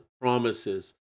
promises